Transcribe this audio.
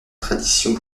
tradition